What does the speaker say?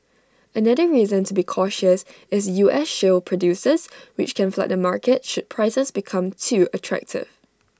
another reason to be cautious is U S shale producers which can flood the market should prices become too attractive